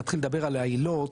להתחיל לדבר על העילות,